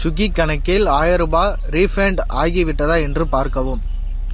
Swiggy கணக்கில் ஆயரரூபா refund ஆகிவிட்டதா என்று பார்க்கவும்